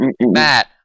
Matt